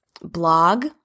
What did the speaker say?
blog